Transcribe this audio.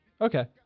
Okay